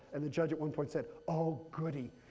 and the judge at one point said, oh goody.